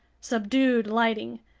subdued lighting.